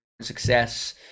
success